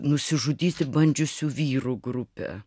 nusižudyti bandžiusių vyrų grupė